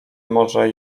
może